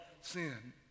sin